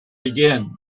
again